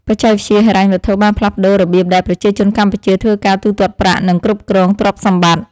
បច្ចេកវិទ្យាហិរញ្ញវត្ថុបានផ្លាស់ប្តូររបៀបដែលប្រជាជនកម្ពុជាធ្វើការទូទាត់ប្រាក់ និងគ្រប់គ្រងទ្រព្យសម្បត្តិ។